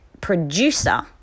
producer